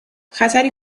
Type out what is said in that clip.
خطری